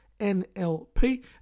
NLP